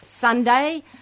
Sunday